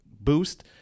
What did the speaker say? boost